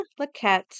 Laquette